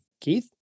Keith